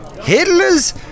Hitler's